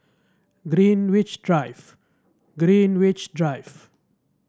Greenwich Drive Greenwich Drive